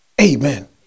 Amen